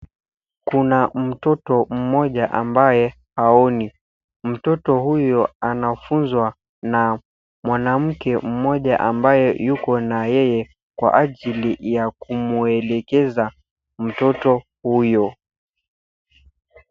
Kuna mtoto mmoja ambaye haoni. Mtoto huyo anafunzwa na mwanamke mmoja ambaye yuko na yeye kwa ajili ya kumuelekeza mtoto huyo.